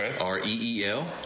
R-E-E-L